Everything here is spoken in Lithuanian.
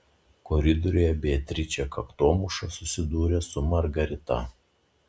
koridoriuje beatričė kaktomuša susidūrė su margarita